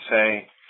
say